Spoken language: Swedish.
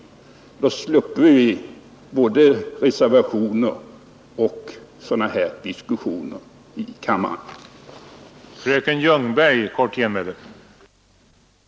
Då hade vi sluppit både reservationer och sådana här diskussioner i kammaren.